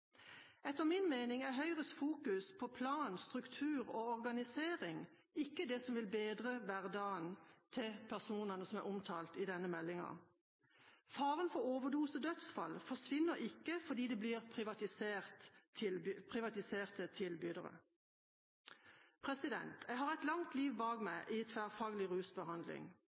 Etter min mening er Høyres fokus på plan, struktur og organisering ikke det som vil bedre hverdagen til personene som er omtalt i denne meldingen. Faren for overdosedødsfall forsvinner ikke fordi det blir privatiserte tilbydere. Jeg har et langt liv bak meg i tverrfaglig rusbehandling.